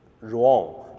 wrong